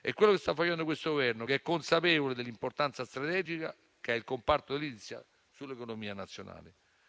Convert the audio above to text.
È quello che sta facendo questo Governo, che è consapevole dell'importanza strategica del comparto edilizia sull'economia nazionale.